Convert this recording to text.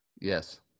Yes